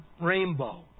rainbow